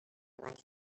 wanted